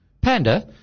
Panda